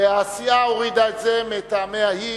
והסיעה הורידה את זה מטעמיה היא,